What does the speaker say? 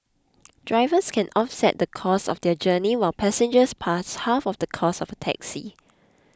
drivers can offset the cost of their journey while passengers pay half of the cost of a taxi